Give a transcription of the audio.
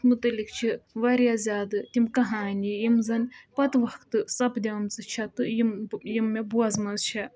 اَتھ مُتعلِق چھِ واریاہ زیادٕ تِم کہانی یِم زَن پَتہٕ وقتہٕ سَپدیمژٕ چھےٚ تہٕ یِم یِم مےٚ بوزمَژ چھےٚ